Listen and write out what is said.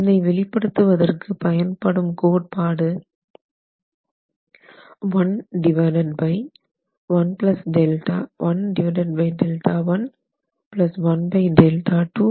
இதனை வெளிப்படுத்துவதற்கு பயன்படும் கோட்பாடு ஆகும்